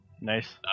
Nice